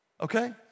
Okay